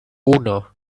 uno